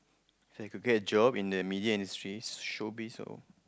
so I could get a job in the media industry show biz loh